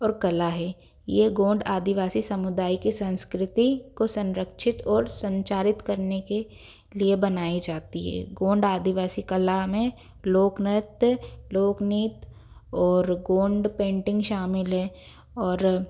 और कला है ये गौड़ आदिवासी समुदाय की संस्कृति को संरक्षित और संचारित करने के लिए बनाई जाती है गौड़ आदिवासी कला में लोक नृत्य लोक नीत और गौड़ पेंटिंग शामिल है और